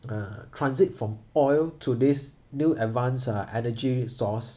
uh transit from oil to this new advanced uh energy source